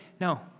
No